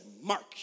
mark